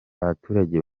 abaturage